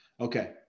Okay